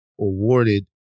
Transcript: awarded